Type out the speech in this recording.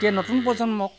এতিয়া নতুন প্ৰজন্মক